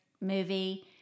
movie